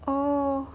oh